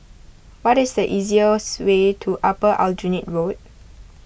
what is the easiest way to Upper Aljunied Road